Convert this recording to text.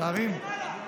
תוריד את המיקרופון,